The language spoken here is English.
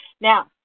Now